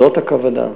זאת הכוונה.